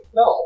no